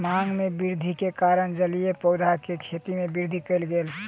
मांग में वृद्धि के कारण जलीय पौधा के खेती में वृद्धि कयल गेल